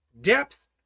depth